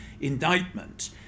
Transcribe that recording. indictment